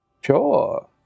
sure